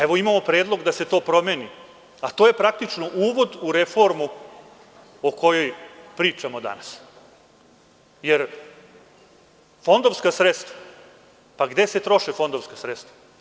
Evo, imamo predlog da se to promeni, a to je praktično uvod u reformu o kojoj pričamo danas, jer fondovska sredstva, pa gde se troše fondovska sredstva?